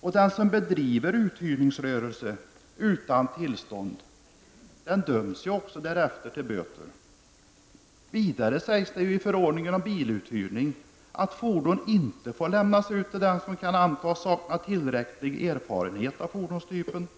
Den som bedriver uthyrningsrörelse utan tillstånd döms därefter till böter. Vidare sägs i förordningen om biluthyrning att fordon inte får lämnas till någon som kan antas sakna tillräcklig erfarenhet av fordonstypen.